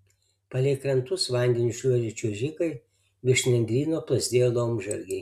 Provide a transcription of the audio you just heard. palei krantus vandeniu šliuožė čiuožikai virš nendryno plazdėjo laumžirgiai